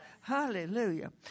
Hallelujah